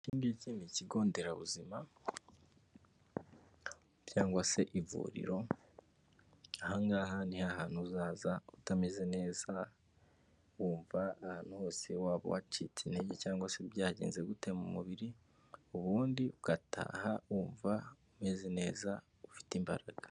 Ikingiki ni ikigo nderabuzima cyangwa se ivuriro, ahangaha ni hantu uzaza utameze neza wumva ahantu hose waba wacitse intege cyangwa se byagenze gute mu mubiri, ubundi ugataha wumva umeze neza ufite imbaraga.